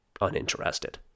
uninterested